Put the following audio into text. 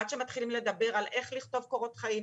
עד שמתחילים לדבר על איך לכתוב קורות חיים,